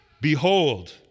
Behold